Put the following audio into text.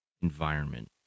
environment